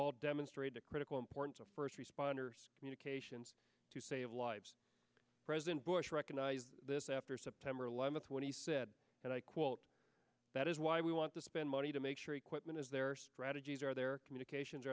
all demonstrate a critical importance of first responders communications to save lives president bush recognized this after september eleventh when he said and i quote that is why we want to spend money to make sure equipment as there are strategies are there communications